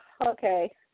okay